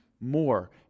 more